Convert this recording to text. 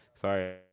Sorry